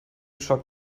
schock